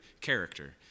character